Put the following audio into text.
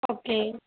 okay